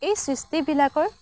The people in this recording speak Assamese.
এই সৃষ্টিবিলাকৰ